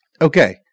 okay